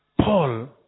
Paul